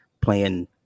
playing